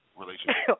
relationship